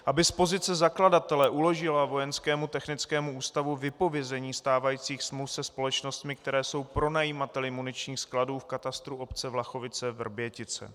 aby z pozice zakladatele uložila Vojenskému technickému ústavu vypovězení stávajících smluv se společnostmi, které jsou pronajímateli muničních skladů v katastru obce VlachoviceVrbětice;